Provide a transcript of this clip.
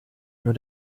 nur